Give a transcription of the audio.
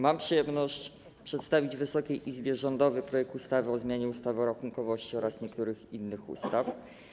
Mam przyjemność przedstawić Wysokiej Izbie rządowy projekt ustawy o zmianie ustawy o rachunkowości oraz niektórych innych ustaw.